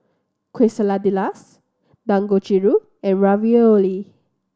Quesadillas Dangojiru and Ravioli